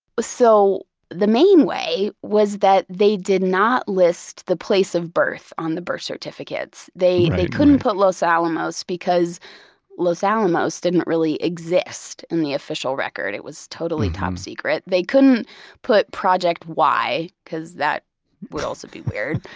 so the main way was that they did not list the place of birth on the birth certificates. they they couldn't put los alamos because los alamos didn't really exist in the official record. it was totally top secret. they couldn't put project y cause that would also be weird.